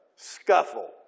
scuffle